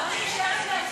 ישראל אייכלר,